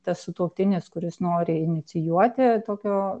tas sutuoktinis kuris nori inicijuoti tokio